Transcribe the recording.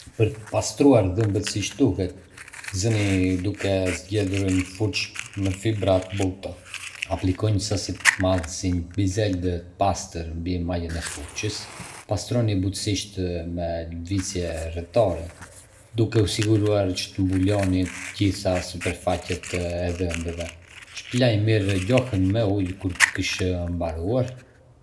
Për të pastruar dhëmbët siç duhet, fillo duke zgjedhur një furçë me fibra të buta. Apliko një sasi të madhe si një bizele të pastër mbi majën e furçës. Pastroni butësisht me lëvizje rrethore, duke u siguruar që të mbuloni të gjitha sipërfaqet e dhëmbëve. hpëlaj mirë gojën me ujë kur të kesh mbaruar.